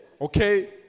okay